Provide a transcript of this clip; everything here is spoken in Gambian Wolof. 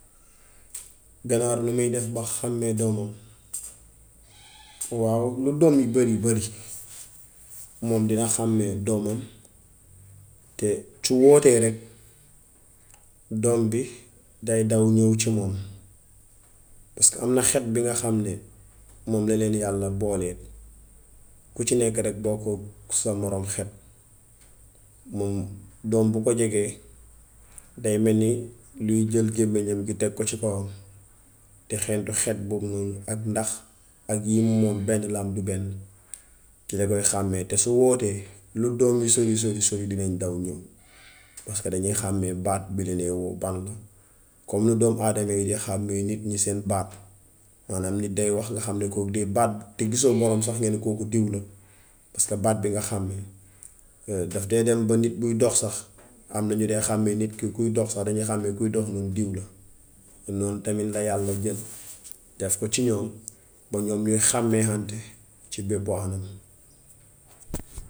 Ganaar nu muy def ba xàmmee doomom. Waaw lu doom bëri bëri, moom dina xàmmee doomom, te su wootee rekk, doom bi day daw ñów ci moom paski am na xet bi nga xam ni moom la leen yàlla boolee. Ku ci nekk rekk bokkut sa moroom xet. Moom doom bu ko jegee, day mel ni day jël gémmiñam bi teg ko ci kawom de xeeñtu xet boobu noonu ak ndax ak yim moom benn laam du benn. Ci la koy xàmmee, te su wootee, lu doom yi sori sori dinañ daw ñëw paski dañuy xàmmee baat biñ lee woo ban la comme ni doomu aadama yi di xàmmee nit ñi seen baat maanaam nit day wax nga xam ne kook de baat, te gisoo boroom sax nga ne kook diw la paska baat bi nga xàmmee. Daf dee dem ba nit buy dox sax, am na ñu dee xàmmee nit ki kuy dox sax dañuy xàmme. Kuy dox, ñu ne diw la. Lool tamit la yàlla jël def ko ci ñoom ba ñoom ñuy xàmmehente ci bépp hanam.